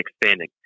expanding